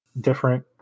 different